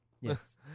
Yes